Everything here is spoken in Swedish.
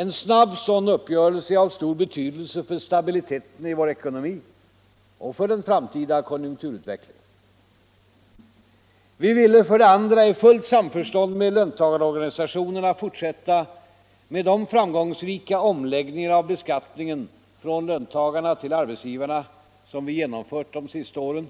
En snabb sådan uppgörelse är av stor betydelse för stabiliteten i vår ekonomi och för den framtida konjunkturutvecklingen. Vi ville, för det andra, i fullt samförstånd med löntagarorganisationerna fortsätta med de framgångsrika omläggningar av beskattningen från löntagarna till arbetsgivarna som vi genomfört de senaste åren